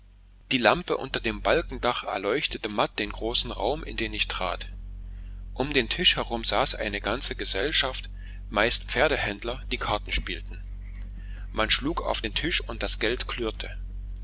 die lampe unter dem balkendach erleuchtete matt den großen raum in den ich trat um den tisch herum saß eine ganze gesellschaft meist pferdehändler die karten spielten man schlug auf den tisch und das geld klirrte